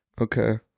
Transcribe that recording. Okay